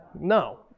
No